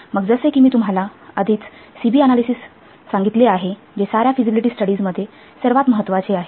मग जसे की मी तुम्हाला आधीच सी बी अनालिसिस सांगितले आहे जे साऱ्या फिझिबिलिटी स्टडीजमध्ये सर्वात महत्वाचे आहे